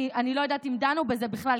אני לא יודעת אם דנו בזה בכלל,